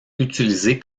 utilisé